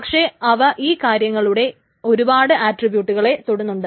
പക്ഷെ അവ ഈ കാര്യങ്ങളുടെ ഒരുപാട് ആട്രിബ്യൂട്ട്കളെ തൊടുന്നുണ്ട്